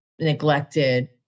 neglected